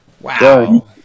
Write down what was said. Wow